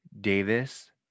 Davis